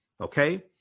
Okay